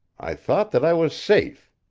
i thought that i was safe.